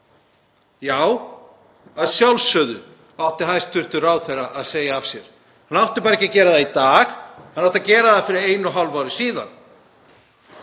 Já, að sjálfsögðu átti hæstv. ráðherra að segja af sér, hann átti bara ekki að gera það í dag, hann átti að gera það fyrir einu og hálfu ári síðan.